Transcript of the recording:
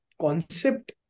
concept